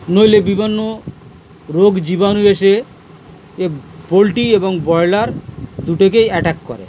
নইলে বিভিন্ন রোগ জীবাণু এসে এ পোল্ট্রি এবং ব্রয়লার দুটোকেই অ্যাটাক করে